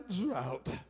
drought